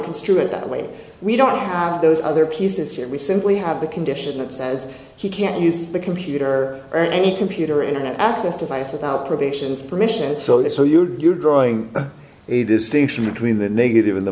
construe it that way we don't have those other pieces here we simply have the condition that says he can't use the computer or any computer internet access device without probations permission so that so you're drawing a distinction between the negative in the